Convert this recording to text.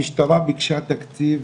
המשטרה ביקשה תקציב,